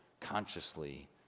consciously